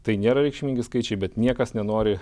tai nėra reikšmingi skaičiai bet niekas nenori